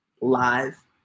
live